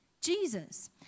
Jesus